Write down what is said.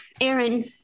Aaron